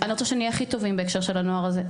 אני רוצה שנהיה הכי טובים בהקשר של הנוער הזה.